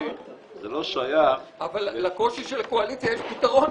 אבל לקושי של הקואליציה יש פתרון,